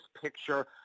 picture